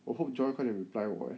我 hope joy 快点 reply 我 eh